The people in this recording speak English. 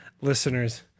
listeners